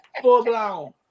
full-blown